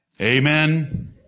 Amen